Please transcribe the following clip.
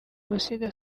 gusiga